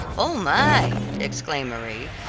oh, my! exclaimed marie,